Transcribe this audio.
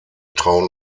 trauen